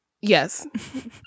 yes